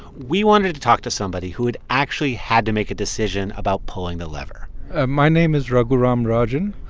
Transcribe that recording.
we wanted to talk to somebody who had actually had to make a decision about pulling the lever ah my name is raghuram rajan,